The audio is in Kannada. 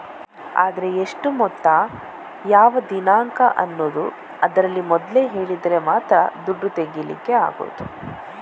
ಆದ್ರೆ ಎಷ್ಟು ಮೊತ್ತ ಮತ್ತೆ ಯಾವ ದಿನಾಂಕ ಅನ್ನುದು ಅದ್ರಲ್ಲಿ ಮೊದ್ಲೇ ಹೇಳಿದ್ರೆ ಮಾತ್ರ ದುಡ್ಡು ತೆಗೀಲಿಕ್ಕೆ ಆಗುದು